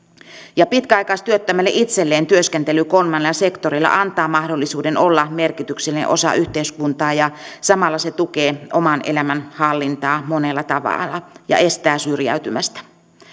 pitkäaikaistyöttömälle itselleen työskentely kolmannella sektorilla antaa mahdollisuuden olla merkityksellinen osa yhteiskuntaa ja samalla se tukee oman elämän hallintaa monella tavalla ja estää syrjäytymästä